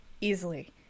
easily